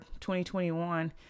2021